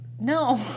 No